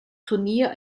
turnier